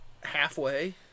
Halfway